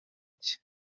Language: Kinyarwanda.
cye